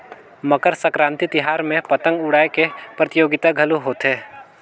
मकर संकरांति तिहार में पतंग उड़ाए के परतियोगिता घलो होथे